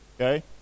okay